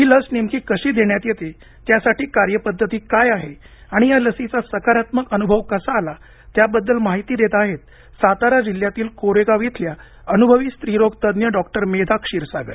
ही लस नेमकी कशी देण्यात येते त्यासाठी कार्यपद्धती काय आहे आणि या लसीचा सकारात्मक अनुभव कसा आला त्याबद्दल माहिती देत आहेत सातारा जिल्ह्यातील कोरेगाव इथल्या अनुभवी स्त्री रोग तज्ञ डॉक्टर मेधा क्षीरसागर